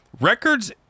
Records